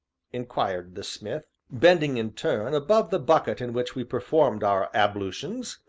inquired the smith, bending in turn above the bucket in which we performed our ablutions,